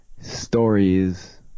stories